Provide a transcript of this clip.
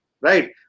Right